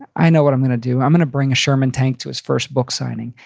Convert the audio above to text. i know what i'm gonna do. i'm gonna bring a sherman tank to his first book signing.